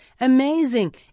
amazing